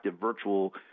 virtual